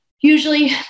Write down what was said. usually